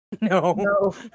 No